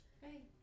hey